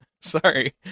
Sorry